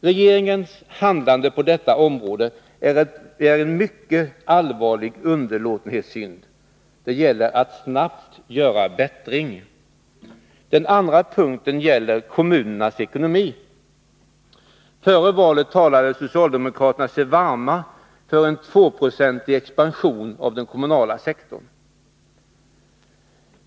Regeringens handlande på detta område kan beskrivas som en mycket allvarlig underlåtenhetssynd. Det gäller att snabbt göra bättring. Den andra punkten gäller kommunernas ekonomi. Före valet talade socialdemokraterna sig varma för en 2-procentig expansion av den kommunala sektorn.